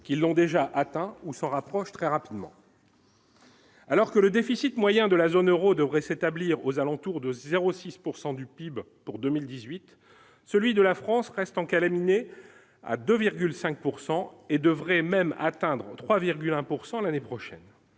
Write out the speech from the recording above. qui l'ont déjà atteint, on s'en rapproche très rapidement alors que le déficit moyen de la zone Euro devrait s'établir aux alentours de 06 pourcent du PIB pour 2018, celui de la France reste encalminé à 2,5 pourcent et devrait même atteindre 3,1 pourcent l'année prochaine,